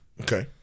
Okay